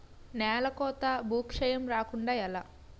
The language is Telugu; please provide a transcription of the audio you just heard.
నేలకోత భూక్షయం రాకుండ ఎలా?